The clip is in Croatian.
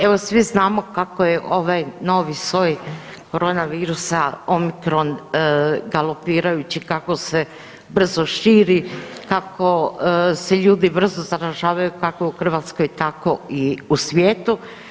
Evo svi znamo kako je ovaj novi soj corona virusa omicron galopirajući, kako se brzo širi, kako se ljudi brzo zaražavaju, kako u Hrvatskoj, tako i u svijetu.